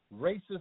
Racist